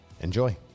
Enjoy